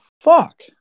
fuck